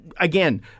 Again